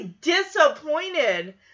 disappointed